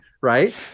right